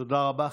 תודה רבה.